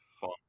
fun